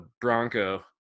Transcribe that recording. bronco